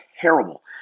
terrible